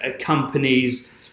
companies